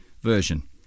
version